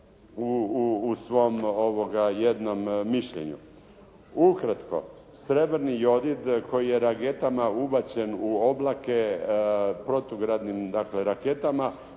u svom jednom mišljenju. Ukratko srebrni jodid koji je raketama ubačen u oblake protugradnim dakle